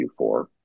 q4